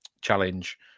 challenge